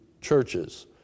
churches